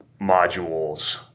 modules